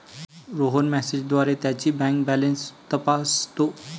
रोहन मेसेजद्वारे त्याची bank balance तपासतो